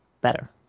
better